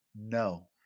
No